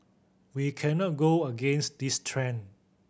we cannot go against this trend